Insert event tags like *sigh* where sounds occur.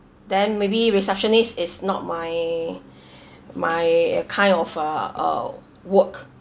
then maybe receptionist is not my *breath* my uh kind of a uh work